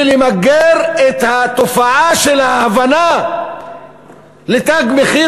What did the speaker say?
ולמגר את התופעה של ההבנה ל"תג מחיר"